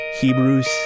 hebrews